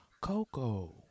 Coco